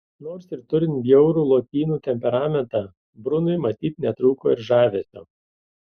nors ir turint bjaurų lotynų temperamentą brunui matyt netrūko ir žavesio